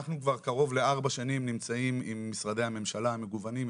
אנחנו כבר קרוב לארבע שנים נמצאים עם משרדי הממשלה המגוונים,